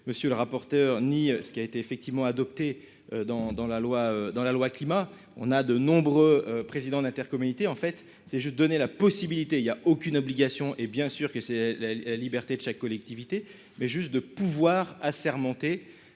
monsieur le rapporteur, ni ce qui a été effectivement adopté dans dans la loi, dans la loi climat on a de nombreux présidents d'intercommunalités en fait c'est juste donner la possibilité, il y a aucune obligation et, bien sûr que c'est la liberté de chaque collectivité mais juste de pouvoir assermentés